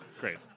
Great